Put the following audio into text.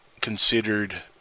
considered